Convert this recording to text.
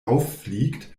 auffliegt